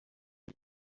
you